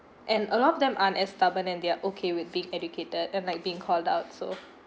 and a lot of them aren't as stubborn and they're okay with being educated and like being called out so